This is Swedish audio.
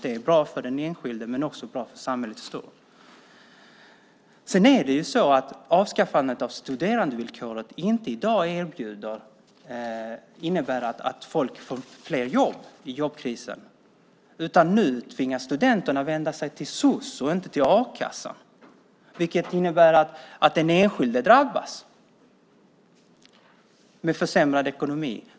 Det är bra för den enskilde men också för samhället i stort. Avskaffandet av studerandevillkoret innebär inte att folk får fler jobb i jobbkrisen, utan nu tvingas studenterna vända sig till det sociala och inte till a-kassan. Det innebär att den enskilde drabbas med försämrad ekonomi.